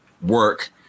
work